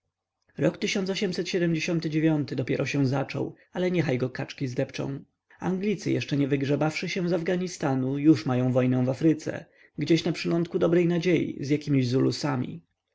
dopiero się zaczął ale niechaj go kaczki zdepczą anglicy jeszcze nie wygrzebawszy się z afganistanu już mają wojnę w afryce gdzieś na przylądku dobrej nadziei z jakimiś zulusami